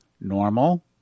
normal